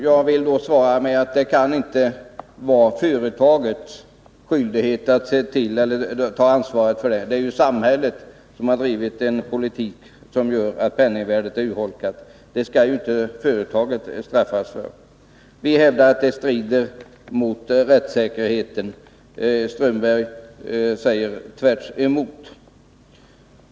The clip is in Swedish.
— Jag vill svara med att det inte kan vara företagens skyldighet att ta ansvar för det. Det är samhället som har drivit en politik som gör att penningvärdet är urholkat, och det skall inte företagen straffas för. Vi hävdar att det strider mot rättssäkerheten. Håkan Strömberg säger tvärtom.